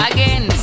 Again